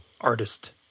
artist